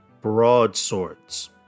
broadswords